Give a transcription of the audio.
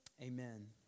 amen